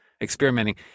experimenting